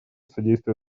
содействие